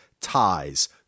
ties